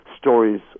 stories